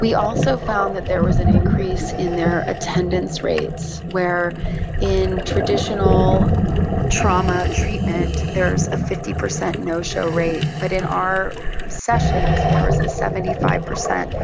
we also found that there was an increase in their attendance rates, where in traditional trauma treatment there is a fifty percent no-show rate, but in our sessions there was a seventy five percent